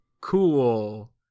Cool